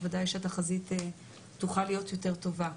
בוודאי שהתחזית תוכל להיות יותר טובה.